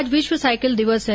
आज विश्व साईकिल दिवस है